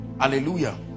Hallelujah